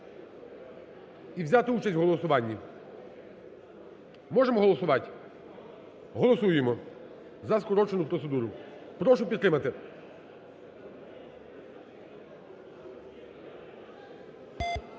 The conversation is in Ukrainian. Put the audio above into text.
і взяти участь в голосуванні. Можемо голосувати? Голосуємо за скорочену процедуру. Прошу підтримати.